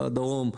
בדרום,